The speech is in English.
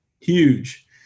Huge